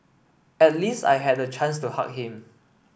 at least I had a chance to hug him